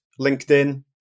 LinkedIn